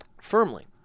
firmly